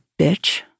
bitch